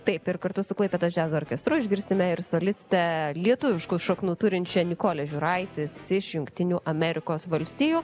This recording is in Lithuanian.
taip ir kartu su klaipėdos džiazo orkestru išgirsime ir solistę lietuviškų šaknų turinčią nikolę žiūraitis iš jungtinių amerikos valstijų